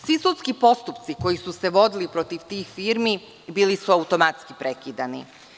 Svi sudski postupci koji su se vodili protiv tih firmi bili su automatski prekidani.